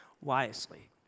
wisely